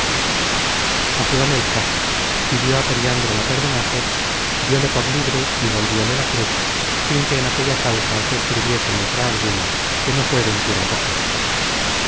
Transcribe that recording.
disparates afeóle el caso pidió á periandro la perdonase dióle por libre y volvióle la cruz sin que en aquella causa se escribiese letra alguna que no fué ventura poca